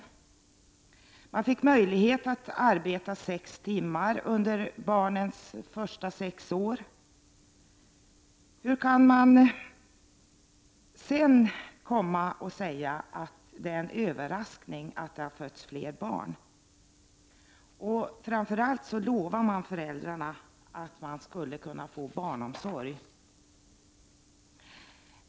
Föräldrar fick möjlighet att arbeta sex timmar under barnets första sex år. Hur kan man sedan komma och säga att det är en överraskning att det har fötts fler barn? Framför allt lovade man föräldrarna att de skulle kunna få barnomsorg.